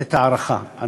את ההערכה.